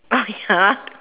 oh ya